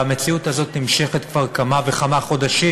והמציאות הזאת נמשכת כבר כמה וכמה חודשים,